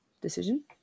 decision